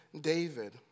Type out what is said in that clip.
David